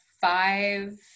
five